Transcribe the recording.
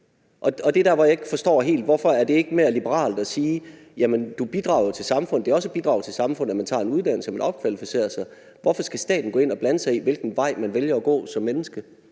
Og det er der, hvor jeg ikke helt forstår: Hvorfor er det ikke mere liberalt at sige: Jamen du bidrager jo til samfundet? Det er også at bidrage til samfundet, at man tager en uddannelse og man opkvalificerer sig. Hvorfor skal staten gå ind at blande sig i, hvilken vej man vælger at gå som menneske?